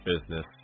business